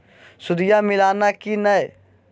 सुदिया मिलाना की नय?